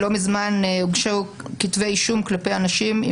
לא מזמן הוגשו כתבי אישום כלפי אנשים,